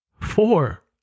Four